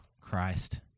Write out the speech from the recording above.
Christ